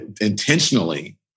intentionally